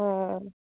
অঁ